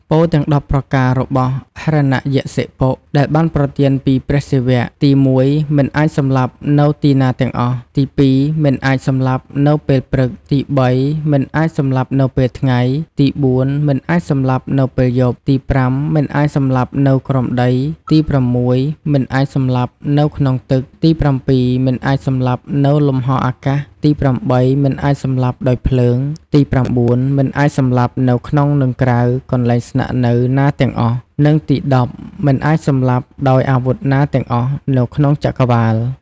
ពរទាំង១០ប្រការរបស់ ហិរណយក្សសិបុ ដែលបានប្រទានពីព្រះសិវៈ ទី១.មិនអាចសម្លាប់នៅទីណាទាំងអស់ ទី២.មិនអាចសម្លាប់នៅពេលព្រឹក ទី៣.មិនអាចសម្លាប់នៅពេលថ្ងៃ ទី៤.មិនអាចសម្លាប់នៅពេលយប់ ទី៥.មិនអាចសម្លាប់នៅក្រោមដី ទី៦.មិនអាចសម្លាប់នៅក្នុងទឹក ទី៧.មិនអាចសម្លាប់នៅលំហអាកាស ទី៨.មិនអាចសម្លាប់ដោយភ្លើង ទី៩.មិនអាចសម្លាប់នៅក្នុងនិងក្រៅ កន្លែងស្នាក់នៅណាទាំងអស់ និងទី១០.មិនអាចសម្លាប់ដោយអាវុធណាទាំងអស់នៅក្នុងចក្រវាឡ។